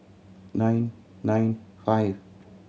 nine nine five